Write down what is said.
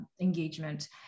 engagement